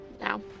now